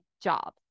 job